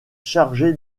chargé